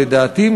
לדעתי,